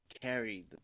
carried